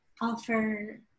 offer